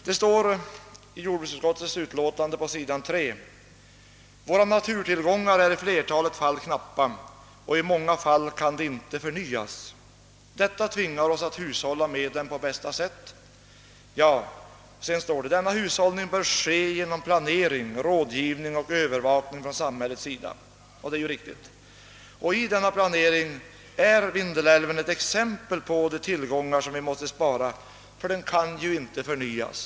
På s. 3 i jordbruksutskottets utlåtande nr 17 står det: »Våra naturtillgångar är i flertalet fall knappa och i många fall kan de inte förnyas. Detta tvingar oss att hushålla med dem på bästa sätt. Detta bör ske främst genom planering, rådgivning och övervakning från samhällets sida.» Det är riktigt. I denna planering är Vindelälven ett exempel på de tillgångar vi måste spara, ty de kan inte förnyas.